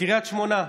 קריית שמונה,